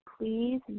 please